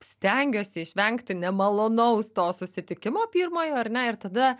stengiuosi išvengti nemalonaus to susitikimo pirmojo ar ne ir tada